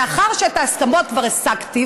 מאחר שאת ההסכמות כבר השגתי,